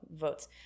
Votes